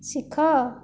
ଶିଖ